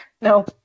No